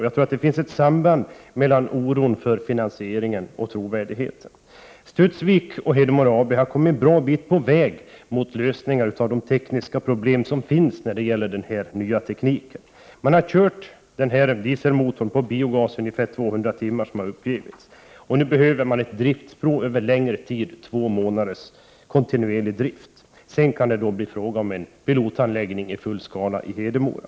Jag tror att det finns ett samband mellan oron för finansieringen och frågan om trovärdigheten. Studsvik AB och Hedemora AB har kommit en bra bit på väg mot lösningar av de tekniska problem som är förenade med den nya teknik som det gäller. Man har, såsom har uppgivits, kört dieselmotorn ungefär 200 timmar med biogas, och nu behöver man göra ett driftsprov under två månader av kontinuerlig drift. Sedan kan det bli fråga om en pilotanläggning i full skala i Hedemora.